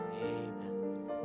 Amen